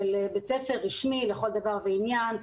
של בית ספר רשמי לכל דבר ועניין,